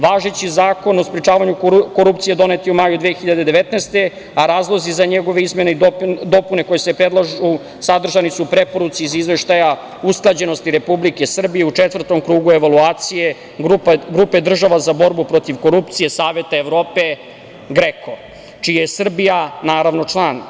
Važeći Zakon o sprečavanju korupcije donet je u maju 2019. godine, a razlozi za njegove izmene i dopune koje se predlažu sadržani su u preporuci iz Izveštaja usklađenosti Republike Srbije u Četvrtom krugu evaluacije grupe država za borbu protiv korupcije Saveta Evrope GREKO, čiji je Srbija član.